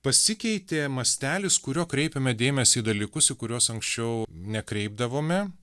pasikeitė mastelis kuriuo kreipiame dėmesį į dalykus į kuriuos anksčiau nekreipdavome